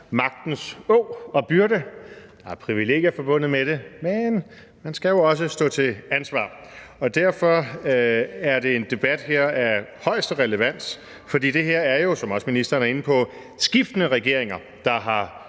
magtens åg og byrde. Der er privilegier forbundet med det, men man skal jo også stå til ansvar. Derfor er det her en debat af højeste relevans, for det her er jo, som ministeren også er inde på, skiftende regeringer, der har